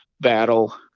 battle